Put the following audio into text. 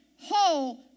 whole